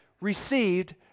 received